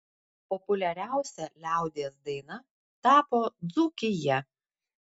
populiariausia liaudies daina tapo dzūkija